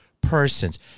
persons